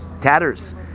tatters